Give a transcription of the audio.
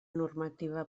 normativa